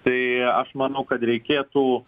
tai aš manau kad reikėtų